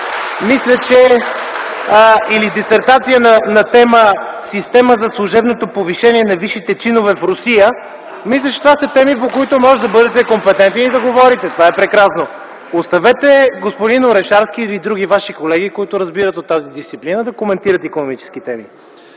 от ГЕРБ) или дисертация на тема „Система за служебното повишение на висшите чинове в Русия” (ръкопляскания от ГЕРБ), мисля, че това са теми, по които можете да бъдете компетентен и да говорите. Това е прекрасно. Оставете господин Орешарски или други Ваши колеги, които разбират от тази дисциплина, да коментират икономически теми.